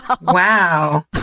Wow